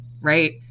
right